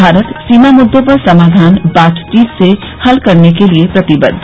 भारत सीमा मुद्दों का समाधान बातचीत से हल करने के लिए प्रतिबद्द